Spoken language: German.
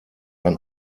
ein